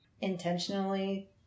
intentionally